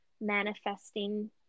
manifesting